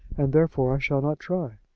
and, therefore, i shall not try.